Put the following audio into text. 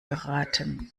geraten